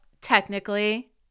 technically